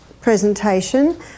presentation